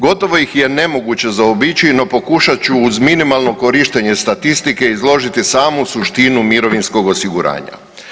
Gotovo ih je nemoguće zaobići, no pokušat ću uz minimalno korištenje statistike izložiti samu suštinu mirovinskog osiguranja.